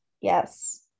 yes